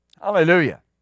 Hallelujah